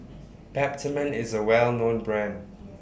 Peptamen IS A Well known Brand